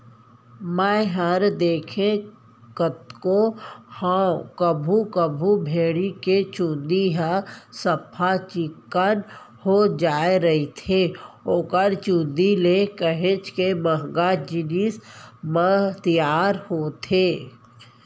मैंहर देखें तको हंव कभू कभू भेड़ी के चंूदी ह सफ्फा चिक्कन हो जाय रहिथे ओखर चुंदी ले काहेच के महंगा जिनिस मन ह तियार होथे